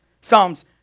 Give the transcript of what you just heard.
Psalms